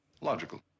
Logical